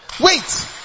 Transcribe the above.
Wait